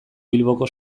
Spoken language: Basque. bilboko